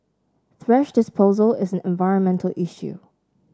thrash disposal is an environmental issue